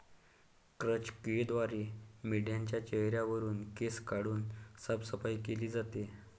क्रॅच क्रियेद्वारे मेंढाच्या चेहऱ्यावरुन केस काढून साफसफाई केली जाते